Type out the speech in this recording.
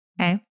Okay